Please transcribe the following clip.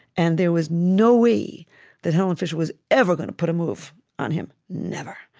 and there was no way that helen fisher was ever going to put a move on him. never.